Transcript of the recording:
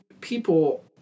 people